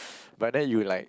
but then you like